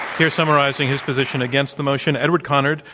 here summarizing his position against the motion, edward conard,